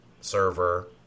server